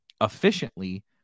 efficiently